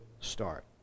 start